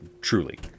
truly